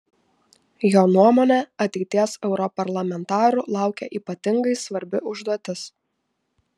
jo nuomone ateities europarlamentarų laukia ypatingai svarbi užduotis